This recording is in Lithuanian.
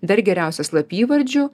dar geriausia slapyvardžiu